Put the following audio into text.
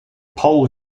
pole